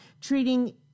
treating